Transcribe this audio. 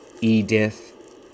Edith